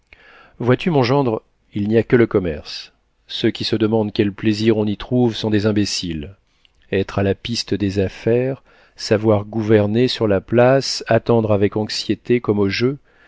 vois-tu mon gendre il n'y a que le commerce ceux qui se demandent quels plaisirs on y trouve sont des imbéciles être à la piste des affaires savoir gouverner sur la place attendre avec anxiété comme au jeu